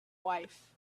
wife